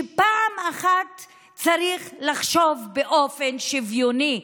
פעם אחת צריך לחשוב באופן שוויוני,